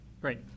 Great